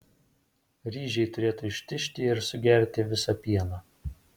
ryžiai turėtų ištižti ir sugerti visą pieną